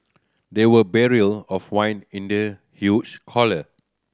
there were barrel of wine in the huge caller